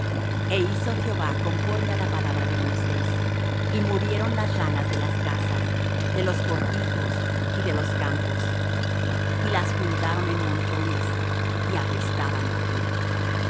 e hizo jehová conforme á la palabra de moisés y murieron las ranas de las casas de los cortijos y de los campos y las juntaron en montones y apestaban la tierra y